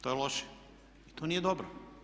To je loše, to nije dobro.